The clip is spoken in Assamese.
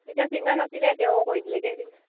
তেতিয়া চিন্তা নাছিলে তেওঁ কৰি দিলে হৈ